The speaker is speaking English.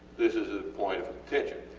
this is a point of contention,